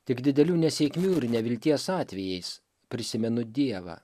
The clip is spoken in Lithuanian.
tik didelių nesėkmių ir nevilties atvejais prisimenu dievą